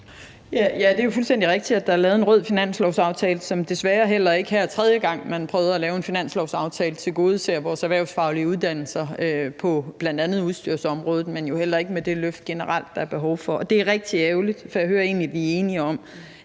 Ja, det er jo fuldstændig rigtigt, at der er lavet en rød finanslovsaftale, som desværre heller ikke her tredje gang, man prøver at lave en finanslovsaftale, tilgodeser vores erhvervsfaglige uddannelser på bl.a. udstyrsområdet, men jo heller ikke med det generelle løft, der er behov for. Og det er rigtig ærgerligt, for jeg hører egentlig, at vi er enige om,